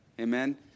Amen